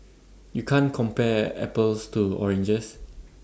you can't compare apples to oranges